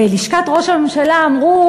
בלשכת ראש הממשלה אמרו,